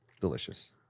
Delicious